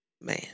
man